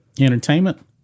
entertainment